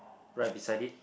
right beside it